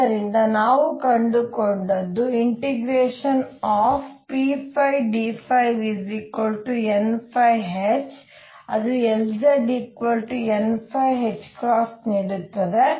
ಆದ್ದರಿಂದ ನಾವು ಕಂಡುಕೊಂಡದ್ದು ∫pdϕnh ಅದು Lzn ನೀಡುತ್ತದೆ